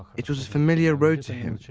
it was a familiar road to him.